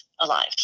alive